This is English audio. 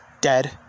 Dead